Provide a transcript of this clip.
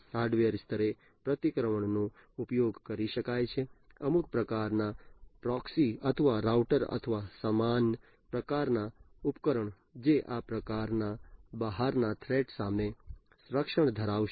hardware સ્તરે પ્રતિક્રમણનો ઉપયોગ કરી શકાય છે અમુક પ્રકારના પ્રોક્સી અથવા રાઉટર અથવા સમાન પ્રકારના ઉપકરણ જે આ પ્રકારના બહારના થ્રેટસ સામે રક્ષણ ધરાવશે